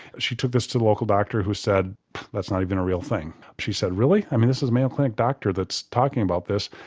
she took this to the local doctor who said that's not even a real thing. she said really, this is a mayo clinic doctor that's talking about this.